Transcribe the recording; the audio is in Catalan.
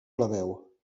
plebeu